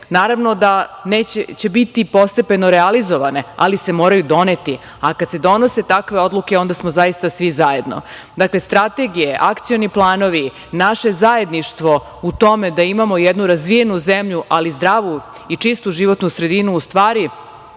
naravno da će biti postepeno realizovane, ali se moraju doneti, a kad se donose takve odluke onda smo zaista svi zajedno. Dakle, strategije, akcioni planovi, naše zajedništvo u tome da imamo jednu razvijenu zemlju, ali zdravu i čistu životnu sredinu u stvari